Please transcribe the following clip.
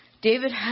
David